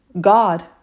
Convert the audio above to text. God